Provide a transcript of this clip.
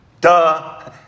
Duh